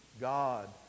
God